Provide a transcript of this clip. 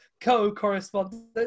co-correspondent